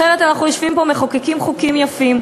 אחרת אנחנו יושבים פה ומחוקקים חוקים יפים,